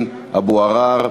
1468,